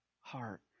heart